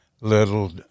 little